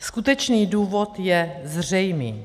Skutečný důvod je zřejmý.